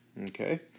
Okay